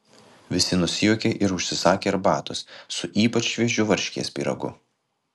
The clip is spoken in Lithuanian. visi nusijuokė ir užsisakė arbatos su ypač šviežiu varškės pyragu